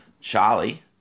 Charlie